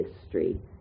history